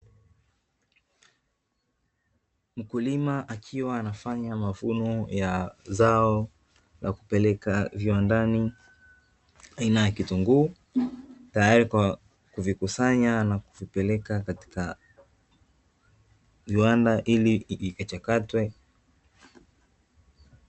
Mkulima akiwa anafanya mavuno ya zao la kupeleka viwandani aina ya kitunguu, tayari kwa kuvikusanya na kupeleka katika viwanda ili vikachakatwe.